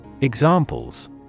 Examples